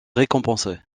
récompensés